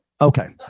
Okay